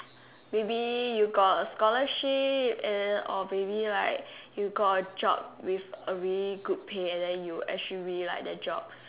maybe you got a scholarship and then or maybe like you got a good job with a really good pay and then you actually really like that job